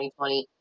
2020